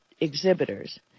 exhibitors